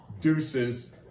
deuces